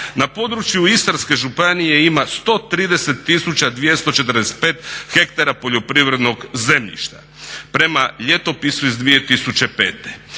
Na području Istarske županije ima 130.245 hektara poljoprivrednog zemljišta prema ljetopisu iz 2005.